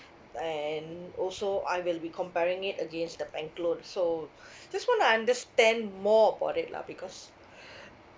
and also I will be comparing it against the bank loan so just want to understand more about it lah because